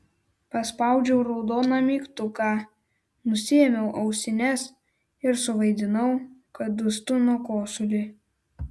paspaudžiau raudoną mygtuką nusiėmiau ausines ir suvaidinau kad dūstu nuo kosulio